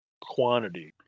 quantity